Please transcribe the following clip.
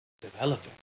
developing